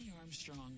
Armstrong